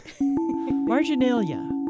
Marginalia